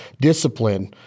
discipline